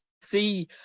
see